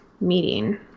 meeting